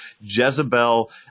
Jezebel